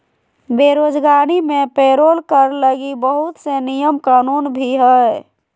बेरोजगारी मे पेरोल कर लगी बहुत से नियम कानून भी हय